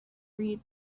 read